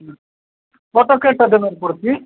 photo କେତେଟା ଦେବାକୁ ପଡୁଛି